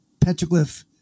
Petroglyph